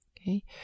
okay